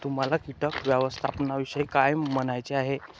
तुम्हाला किटक व्यवस्थापनाविषयी काय म्हणायचे आहे?